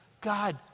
God